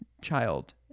child